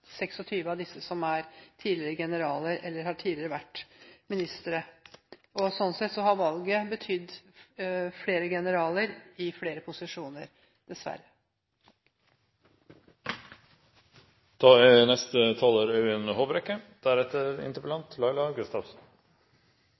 tidligere generaler eller har tidligere vært ministre. Sånn sett har valget dessverre betydd flere generaler i flere posisjoner.